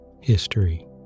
History